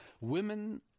women